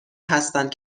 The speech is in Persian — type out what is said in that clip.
هستند